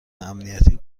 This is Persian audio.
امنیتی